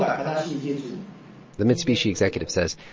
um the mitsubishi executive says,